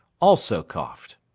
also coughed.